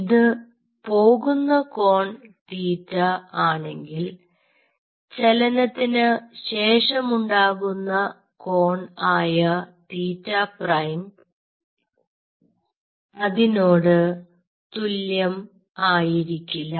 ഇത് പോകുന്ന കോൺ തീറ്റ ആണെങ്കിൽ ചലനത്തിന് ശേഷമുണ്ടാകുന്ന കോൺ ആയ തീറ്റ പ്രൈം അതിനോട് തുല്യം ആയിരിക്കില്ല